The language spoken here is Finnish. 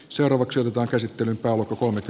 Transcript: seuraavaksi lupakäsittelyn alkukohta